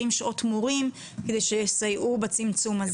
שעות מורים על מנת שיסייעו בצמצום הזה.